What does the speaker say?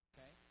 Okay